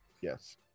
Yes